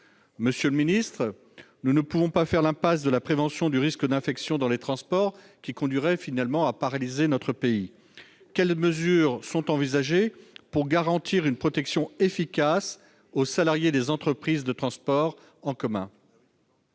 Monsieur le ministre, nous ne pouvons faire l'impasse sur la prévention du risque d'infection dans les transports, car cela conduirait à la paralysie de notre pays. Quelles mesures le Gouvernement envisage-t-il pour garantir une protection efficace aux salariés des entreprises de transport en commun ?